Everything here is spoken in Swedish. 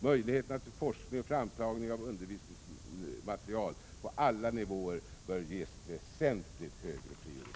Möjligheter till forskning och framtagning av undervisningsmaterial på alla nivåer bör ges väsentligt högre prioritet.